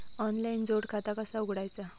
Online जोड खाता कसा उघडायचा?